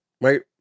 right